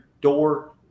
door